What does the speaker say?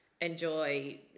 Enjoy